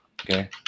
Okay